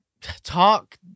talk